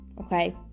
Okay